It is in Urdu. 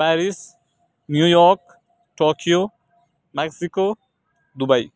Paris New York Tokyo Mexico Dubai